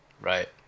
right